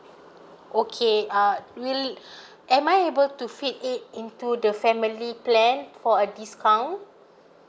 okay uh will am I able to fit it into the family plan for a discount